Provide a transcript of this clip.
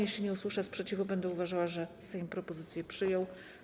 Jeśli nie usłyszę sprzeciwu, będę uważała, że Sejm propozycję przyjął.